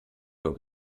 nur